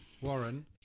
Warren